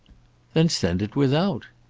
then send it without.